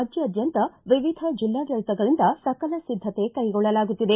ರಾಜ್ಯಾದ್ಯಂತ ವಿವಿಧ ಜಿಲ್ಲಾಡಳಿತಗಳಿಂದ ಸಕಲ ಸಿದ್ದತೆ ಕೈಗೊಳ್ಳಲಾಗುತ್ತಿದೆ